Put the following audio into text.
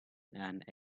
and